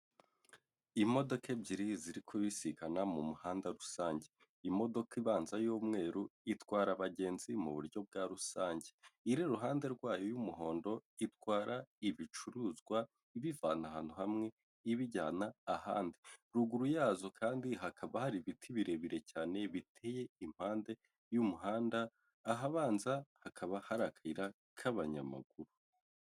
Imodoka ebyiri ziri kubisigana mu muhanda rusange, imodoka ibanza y'umweru itwara abagenzi mu buryo bwa rusange, iri iruhande rwayo y'umuhondo itwara ibicuruzwa ibivana ahantu hamwe ibijyana ahandi, ruguru yazo kandi hakaba hari ibiti birebire cyane biteye impande y'umuhanda, ahabanza hakaba hari akayira k'abanyamaguru.